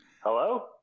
Hello